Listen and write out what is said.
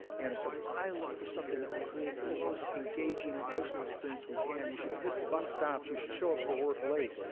and so i look for something that will create the most engaging emotional experience we can. you should miss bus stops. you should show up for work late.